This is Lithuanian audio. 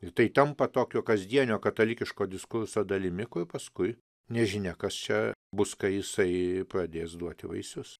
ir tai tampa tokio kasdienio katalikiško diskurso dalimi kur paskui nežinia kas čia bus kai jisai pradės duoti vaisius